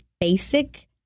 basic